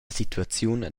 situaziun